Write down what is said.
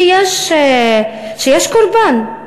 שיש קורבן.